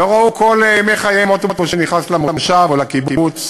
הם לא ראו כל ימי חייהם אוטובוס שנכנס למושב או לקיבוץ.